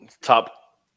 top